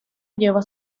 lleva